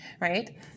right